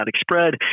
spread